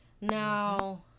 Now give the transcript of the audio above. Now